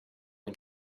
him